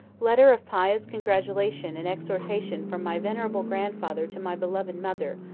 letter of pious congratulation and exhortation from my venerable grandfather to my beloved mother,